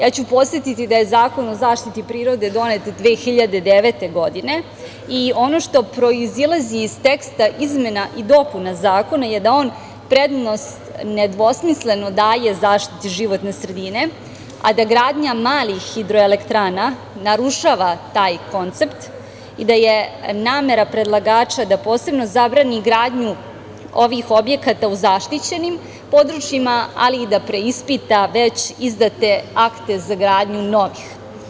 Ja ću podsetiti da je Zakon o zaštiti prirode donet 2009. godine i ono što proizilazi iz teksta izmena i dopuna zakona je da on prednost nedvosmisleno daje zaštiti životne sredine, a da gradnja malih hidroelektrana narušava taj koncept i da je namera predlagača da posebno zabrani gradnju ovih objekata u zaštićenim područjima, ali i da preispita već izdate akte za gradnju novih.